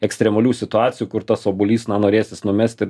ekstremalių situacijų kur tas obuolys na norėsis numesti